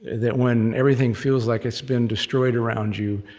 that when everything feels like it's been destroyed around you,